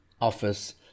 office